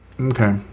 Okay